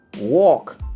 walk